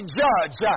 judge